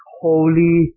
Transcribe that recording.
holy